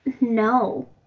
no